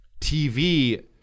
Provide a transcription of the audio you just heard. tv